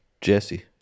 Jesse